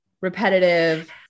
repetitive